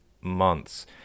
months